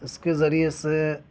اس کے ذریعے سے